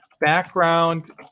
Background